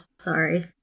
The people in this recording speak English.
sorry